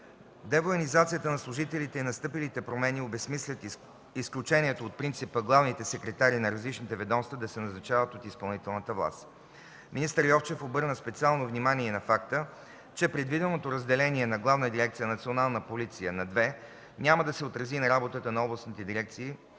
Девоенизацията на служителите и настъпилите промени обезсмислят изключението от принципа главните секретари на различните ведомства да се назначават от изпълнителната власт. Министър Йовчев обърна специално внимание и на факта, че предвиденото разделение на Главна дирекция „Национална полиция” на две няма да се отрази на работата на областните дирекции